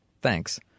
Thanks